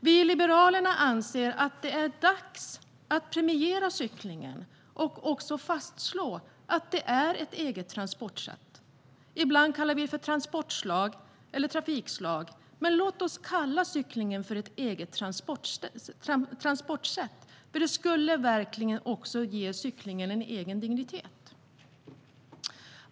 Vi i Liberalerna anser att det är dags att premiera cykling och fastslå att det är ett eget trafiksätt. Ibland kallar vi det för transportslag eller trafikslag. Låt oss kalla cykling för ett eget transportsätt. Det skulle verkligen ge cyklingen en egen dignitet.